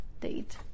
date